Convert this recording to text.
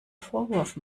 vorwurf